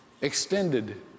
extended